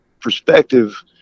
perspective